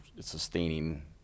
sustaining